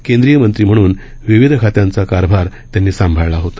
केंद्रीय मंत्री म्हणून विविध खात्यांचा कारभार त्यांनी सांभाळला होता